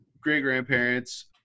great-grandparents